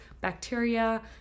bacteria